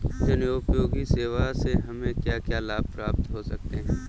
जनोपयोगी सेवा से हमें क्या क्या लाभ प्राप्त हो सकते हैं?